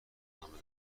ادامه